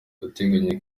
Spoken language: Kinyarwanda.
ndateganya